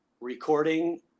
recording